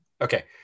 okay